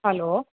hello